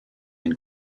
and